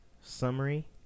summary